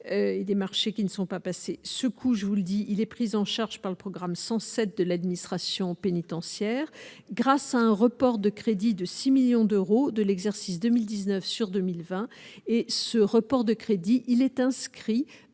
et des marchés qui ne sont pas passés ce coup, je vous le dis, il est pris en charge par le programme 107 de l'administration pénitentiaire, grâce à un report de crédits de 6 millions d'euros de l'exercice 2019 sur 2020 et ce report de crédits il est inscrit